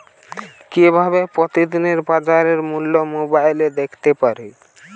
কিভাবে প্রতিদিনের বাজার মূল্য মোবাইলে দেখতে পারি?